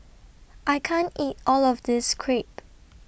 I can't eat All of This Crepe